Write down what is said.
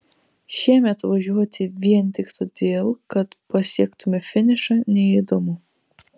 šiemet važiuoti vien tik todėl kad pasiektumėm finišą neįdomu